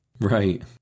right